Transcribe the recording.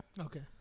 Okay